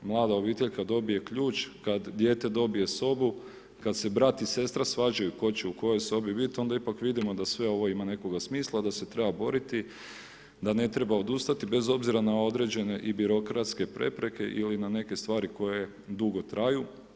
Mlada obitelj kada dobije ključ, kada dijete dobije sobu, kada se brat i sestra svađaju tko će u kojoj sobi biti, onda ipak vidimo, da sve ovo ima nekoga smisla, da se treba boriti, da ne treba odustati, bez obzira na određene i birokratske prepreke ili neke stvari koji drugo traju.